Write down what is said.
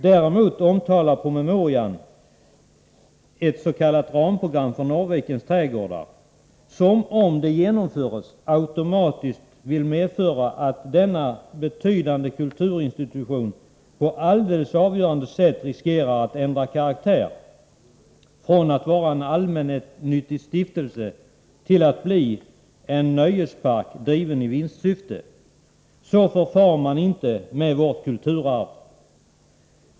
Däremot omtalar promemorian ett s.k. ramprogram för Norrvikens trädgårdar som, om det genomförs, automatiskt medför att denna betydande kulturinstitution på alldeles avgörande sätt riskerar att ändra karaktär, från att vara en allmännyttig stiftelse till att bli en nöjespark driven i vinstsyfte. Så förfar man inte med vårt kulturarv.